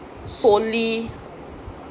solely